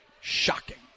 Shocking